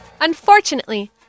Unfortunately